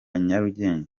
nyarugenge